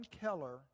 Keller